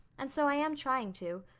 and so i am trying to.